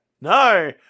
No